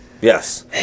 Yes